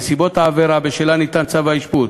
נסיבות העבירה שבשלה ניתן צו האשפוז,